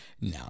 No